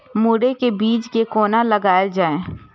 मुरे के बीज कै कोना लगायल जाय?